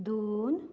दोन